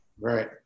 Right